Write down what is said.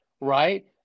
Right